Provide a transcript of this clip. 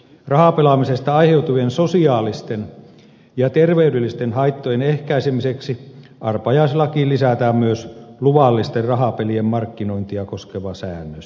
rahapelaamisesta aiheutuvien sosiaalisten ja terveydellisten haittojen ehkäisemiseksi arpajaislakiin lisätään myös luvallisten rahapelien markkinointia koskeva säännös